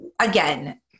again